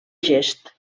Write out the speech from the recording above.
gest